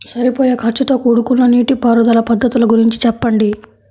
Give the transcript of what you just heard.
సరిపోయే ఖర్చుతో కూడుకున్న నీటిపారుదల పద్ధతుల గురించి చెప్పండి?